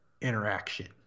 interaction